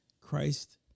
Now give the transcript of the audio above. Christ